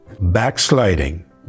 Backsliding